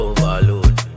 Overload